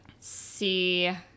see